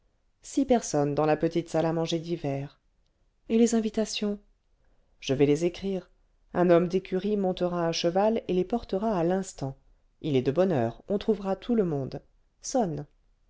six personnes dans la petite salle à manger d'hiver et les invitations je vais les écrire un homme d'écurie montera à cheval et les portera à l'instant il est de bonne heure on trouvera tout le monde sonne